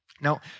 Now